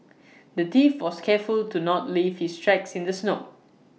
the thief was careful to not leave his tracks in the snow